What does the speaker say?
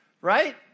right